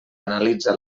analitza